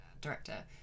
director